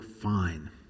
fine